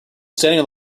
standing